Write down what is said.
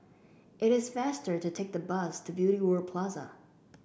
it is faster to take the bus to Beauty World Plaza